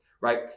right